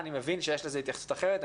אני מבין שיש לזה התייחסות אחרת.